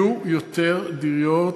יהיו יותר דירות,